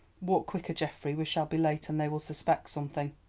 walk quicker, geoffrey we shall be late, and they will suspect something.